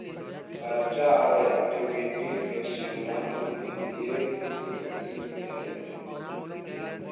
कर्जा औउर इक्विटी के संबंध वित्तीय सिक्योरिटी से हई